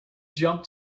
jump